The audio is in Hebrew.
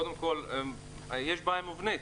קודם כל יש בעיה מובנית,